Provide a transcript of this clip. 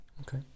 Okay